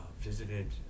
visited